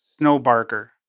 Snowbarker